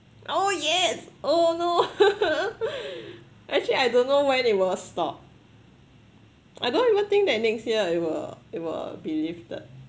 oh yes oh no actually I don't know when it will stop I don't even think that next year it will it will be lifted